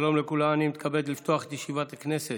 שלום לכולם, אני מתכבד לפתוח את ישיבת הכנסת.